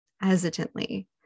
hesitantly